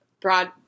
Broad